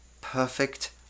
Perfect